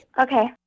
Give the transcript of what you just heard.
Okay